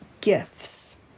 gifts